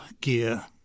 gear